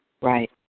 Right